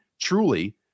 truly